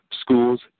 schools